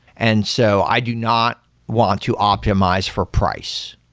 and so i do not want to optimize for price.